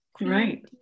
right